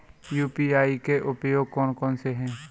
UPI के उपयोग कौन कौन से हैं?